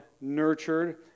nurtured